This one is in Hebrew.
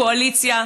קואליציה.